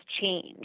change